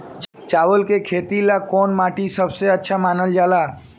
चावल के खेती ला कौन माटी सबसे अच्छा मानल जला?